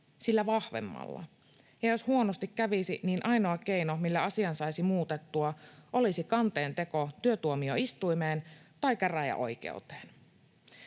sillä vahvemmalla, ja jos huonosti kävisi, niin ainoa keino, millä asian saisi muutettua, olisi kanteen teko työtuomioistuimeen tai käräjäoikeuteen.